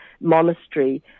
monastery